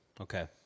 Okay